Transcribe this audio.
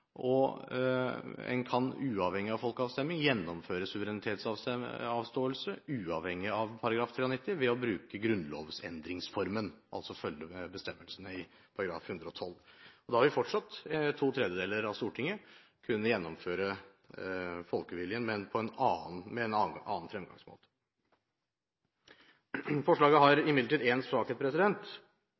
og en kan uavhengig av folkeavstemning gjennomføre suverenitetsavståelsen uavhengig av § 93 ved å bruke grunnlovsendringsformen, altså følge bestemmelsene i § 112. Da vil fortsatt to tredjedeler av Stortinget kunne gjennomføre folkeviljen, men med en annen fremgangsmåte. Forslaget har imidlertid én svakhet